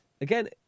Again